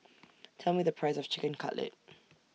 Tell Me The Price of Chicken Cutlet